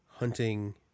hunting